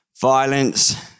violence